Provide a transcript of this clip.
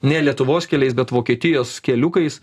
ne lietuvos keliais bet vokietijos keliukais